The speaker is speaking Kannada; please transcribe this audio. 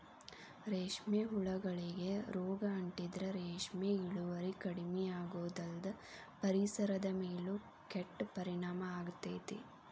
ರೇಷ್ಮೆ ಹುಳಗಳಿಗೆ ರೋಗ ಅಂಟಿದ್ರ ರೇಷ್ಮೆ ಇಳುವರಿ ಕಡಿಮಿಯಾಗೋದಲ್ದ ಪರಿಸರದ ಮೇಲೂ ಕೆಟ್ಟ ಪರಿಣಾಮ ಆಗ್ತೇತಿ